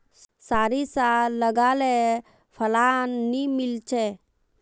सारिसा लगाले फलान नि मीलचे?